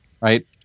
right